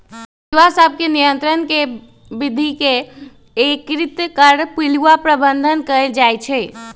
पिलुआ सभ के नियंत्रण के विद्ध के एकीकृत कर पिलुआ प्रबंधन कएल जाइ छइ